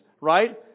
right